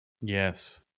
Yes